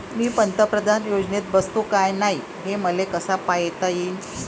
मी पंतप्रधान योजनेत बसतो का नाय, हे मले कस पायता येईन?